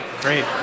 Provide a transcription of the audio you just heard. Great